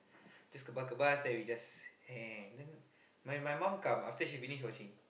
just kebas kebas then we just hang then my my mom come after she finish watching